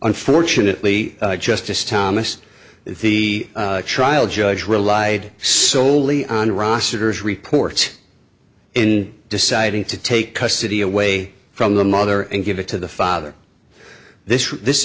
unfortunately justice thomas the trial judge relied solely on rosters reports in deciding to take custody away from the mother and give it to the father this this